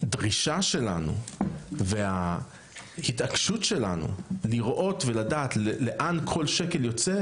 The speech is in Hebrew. שהדרישה שלנו וההתעקשות שלנו לראות ולדעת לאן כל שקל יוצא,